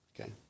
Okay